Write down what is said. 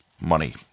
money